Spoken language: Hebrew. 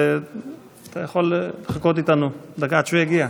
אתה יכול לחכות איתנו דקה עד שהוא יגיע.